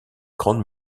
grande